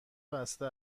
بسته